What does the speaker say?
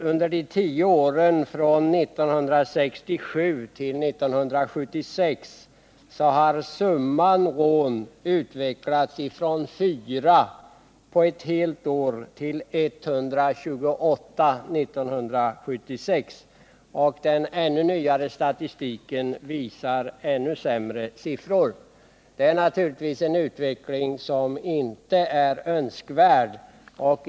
Under de tio åren från 1967 till 1976 har summan rån utvecklats från 4 på ett helt år till 128 år 1976. Den ännu nyare statistiken visar ännu sämre siffror. Det är naturligtvis en utveckling som inte är önskvärd.